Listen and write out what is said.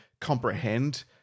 comprehend